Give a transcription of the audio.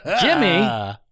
Jimmy